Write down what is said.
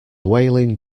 wailing